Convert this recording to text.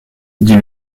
dit